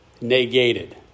Negated